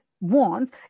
wants